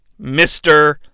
Mr